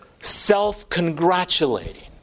self-congratulating